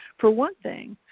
for one thing,